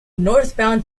northbound